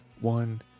one